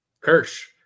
Kirsch